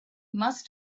must